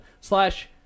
slash